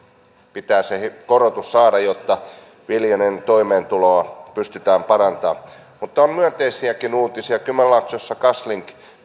pitää saada jotta viljelijän toimeentuloa pystytään parantamaan mutta on myönteisiäkin uutisia kymenlaaksossa kaslink